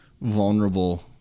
vulnerable